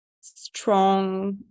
strong